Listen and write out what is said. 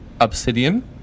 Obsidian